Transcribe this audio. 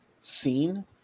scene